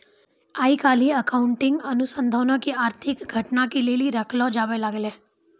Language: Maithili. आइ काल्हि अकाउंटिंग अनुसन्धानो के आर्थिक घटना के लेली रखलो जाबै लागलै